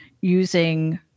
using